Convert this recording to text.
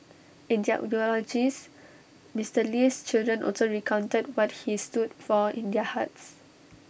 in their eulogies Mister Lee's children also recounted what he stood for in their hearts